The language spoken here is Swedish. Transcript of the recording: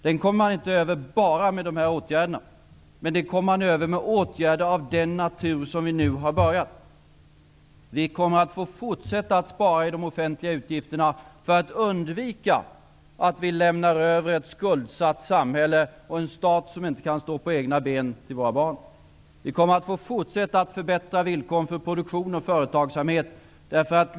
Den kommer man inte över enbart med dessa åtgärder. Det kan man göra med sådana åtgärder som vi nu har inlett. Vi kommer att få fortsätta att spara på de offentliga utgifterna för att undvika att vi lämnar över till våra barn ett skuldsatt samhälle och en stat som inte kan stå på egna ben. Vi kommer att få fortsätta att förbättra villkoren för produktion och företagsamhet.